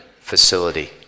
facility